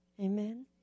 Amen